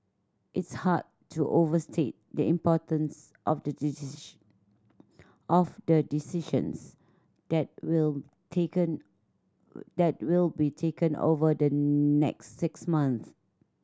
it's hard to overstate the importance of the decision of the decisions that will taken that will be taken over the next six months